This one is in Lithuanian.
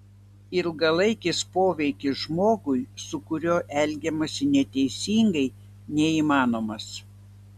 ilgalaikis poveikis žmogui su kuriuo elgiamasi neteisingai neįmanomas